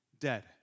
dead